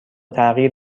تغییر